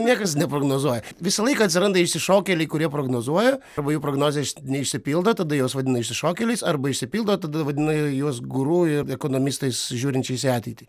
niekas neprognozuoja visą laiką atsiranda išsišokėliai kurie prognozuoja arba jų prognozės neišsipildo tada juos vadina išsišokėliais arba išsipildo tada vadina juos guru ir ekonomistais žiūrinčiais į ateitį